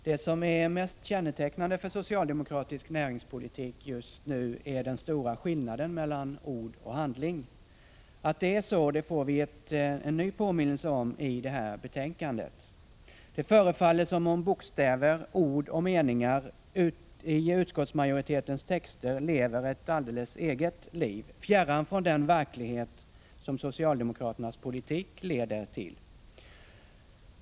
Herr talman! Det som är mest kännetecknande för socialdemokratisk näringspolitik just nu är den stora skillnaden mellan ord och handling. Att det är så får vi en ny påminnelse om i näringsutskottets betänkande 15. Det förefaller som om bokstäver, ord och meningar i utskottsmajoritetens texter lever ett alldeles eget liv, fjärran från den verklighet som socialdemokraternas politik leder till.